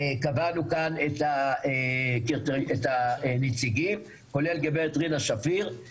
קבענו כאן את הנציגים, כולל גב' רינה שפיר,